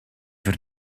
für